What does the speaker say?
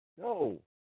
no